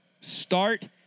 Start